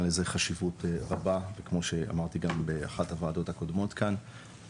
לזה חשיבות רבה כמו שאמרתי גם באחת הוועדות הקודמות כאן,